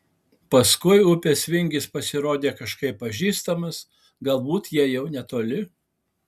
paskui upės vingis pasirodė kažkaip pažįstamas galbūt jie jau netoli